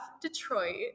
Detroit